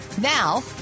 Now